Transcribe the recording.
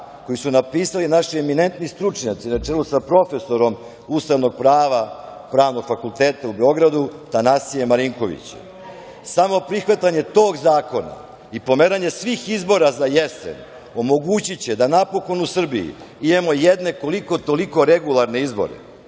koji su napisali naši eminentni stručnjaci, na čelu sa profesorom ustavnog prava Pravnog fakulteta u Beogradu Tanasijem Marinkovićem. Samo prihvatanje tog zakona i pomeranje svih izbora za jesen omogućiće da napokon u Srbiji imamo jedne koliko-toliko regularne izbore.